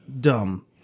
dumb